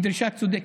היא דרישה צודקת.